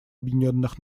объединенных